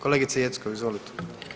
Kolegice Jeckov, izvolite.